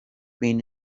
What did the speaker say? been